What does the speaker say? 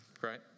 right